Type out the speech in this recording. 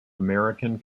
american